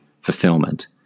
fulfillment